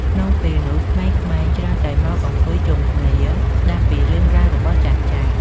ក្នុងពេលនោះ ក្មេងៗច្រើនតែមកអង្គុយជុំគ្នាស្ដាប់ពីរឿងរ៉ាវរបស់ចាស់ៗ។